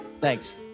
Thanks